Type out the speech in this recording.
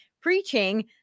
preaching